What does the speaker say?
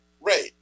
Right